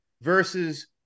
versus